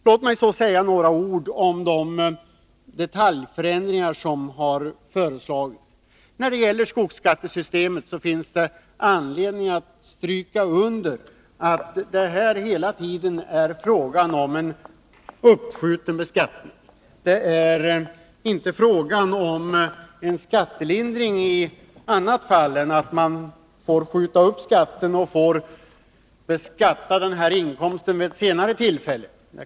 Låt mig säga några ord om de detaljförändringar som har föreslagits. När det gäller skogsskattesystemet finns det anledning att stryka under att det hela tiden är fråga om en uppskjuten beskattning. Det är inte fråga om en skattelindring på annat sätt än att man får skjuta upp beskattningen, så att inkomsten beskattas vid ett senare tillfälle.